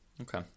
Okay